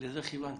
לזה כיוונתי.